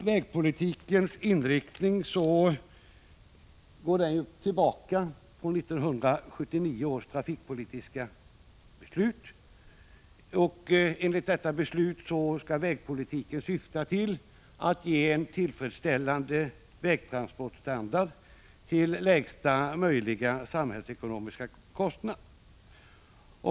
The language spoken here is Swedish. Vägpolitikens inriktning går tillbaka på 1979 års trafikpolitiska beslut. Enligt detta beslut skall vägpolitiken syfta till att ge en tillfredsställande vägtransportstandard till lägsta samhällsekonomiska kostnad.